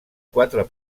quatre